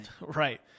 Right